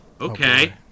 Okay